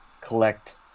collect –